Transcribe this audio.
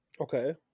Okay